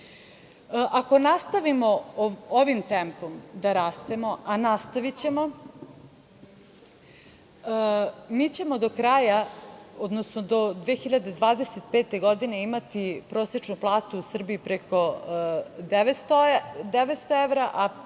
nastavimo ovim tempom da rastemo, a nastavićemo, mi ćemo do kraja, odnosno do 2025. godine imati prosečnu platu u Srbiji preko 900 evra,